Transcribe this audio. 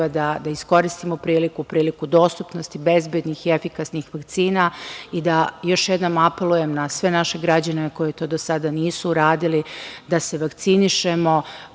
da iskoristimo priliku, priliku dostupnosti bezbednih i efikasnih vakcina. Još jednom apelujem na sve naše građane koji to do sada nisu uradili da se vakcinišemo.